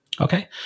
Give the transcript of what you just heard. Okay